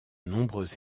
nombreux